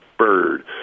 Bird